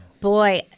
Boy